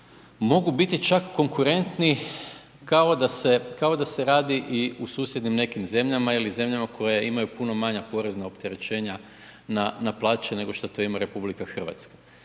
mogu biti čak konkurentni kao da se radi i u susjednim nekim zemljama ili zemljama koje imaju puno manja porezna opterećenja na plaće nego što to ima RH. Znači, ako